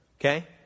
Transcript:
Okay